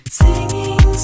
singing